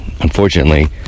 unfortunately